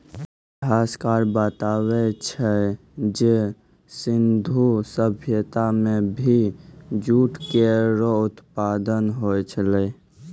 इतिहासकार बताबै छै जे सिंधु सभ्यता म भी जूट केरो उत्पादन होय छलै